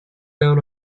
down